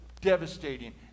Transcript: devastating